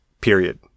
period